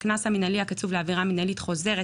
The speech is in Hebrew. הקנס המינהלי הקצוב לעבירה מינהלית חוזרת